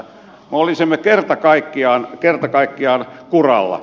me olisimme kerta kaikkiaan kuralla